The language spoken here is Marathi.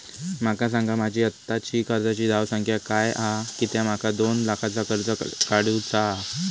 माका सांगा माझी आत्ताची कर्जाची धावसंख्या काय हा कित्या माका दोन लाखाचा कर्ज काढू चा हा?